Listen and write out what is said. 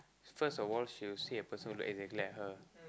first of all she will see a person who look exactly like her